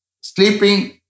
sleeping